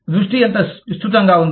దృష్టి ఎంత విస్తృతంగా ఉంది